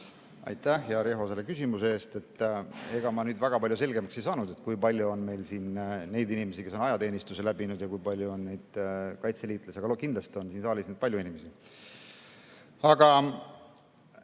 Aitäh, hea Riho, selle küsimuse eest! Ega ma väga palju selgemaks saanud, kui palju on meil siin neid inimesi, kes on ajateenistuse läbinud, ja kui palju on kaitseliitlasi, aga kindlasti on siin saalis neid inimesi